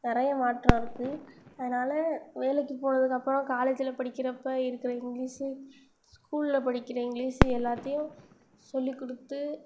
நிறைய மாற்றம் இருக்குது அதனால் வேலைக்கு போனதுக்கப்புறோம் காலேஜில் படிக்கிறப்போ இருக்கிற இங்கிலீஷூ ஸ்கூலில் படிக்கிற இங்கிலீஷூ எல்லாத்தையும் சொல்லிக் கொடுத்து